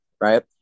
right